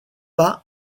pas